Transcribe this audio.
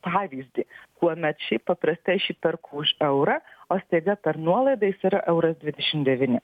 pavyzdį kuomet šiaip paprastai aš jį perku už eurą o staiga per nuolaidą jis yra euras dvidešim devyni